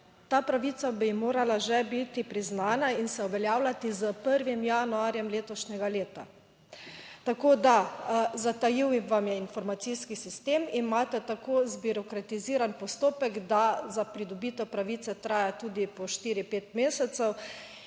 Ta pravica bi morala že biti priznana in se uveljavljati s 1. januarjem letošnjega leta. Tako da zatajil vam je informacijski sistem, imate tako zbirokratiziran postopek, da za pridobitev pravice traja tudi po štiri, pet mesecev.